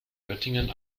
göttingen